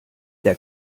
der